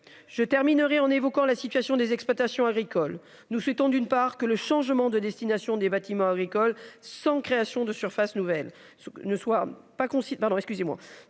Je terminerai en évoquant la situation des exploitations agricoles nous souhaitons, d'une part que le changement de destination des bâtiments agricoles sans création de surfaces nouvelles ce ne soit pas pardon,